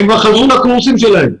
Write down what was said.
הם בקורסים שלהם,